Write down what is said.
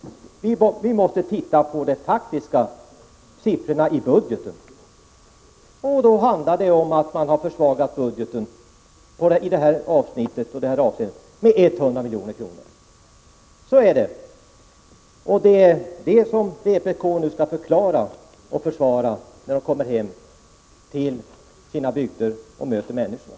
Vi måste se på de faktiska siffrorna i budgeten, och då visar det sig att man i detta avsnitt har försvagat budgeten med 100 milj.kr. Så är det, och det är detta som vpk:s företrädare skall förklara och försvara, när de kommer åter till hembygden och möter människorna.